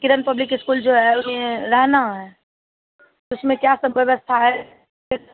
किरण public school जो है उसमें रहना है उसमें क्या सब व्यवस्था है इस